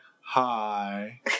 hi